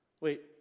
Wait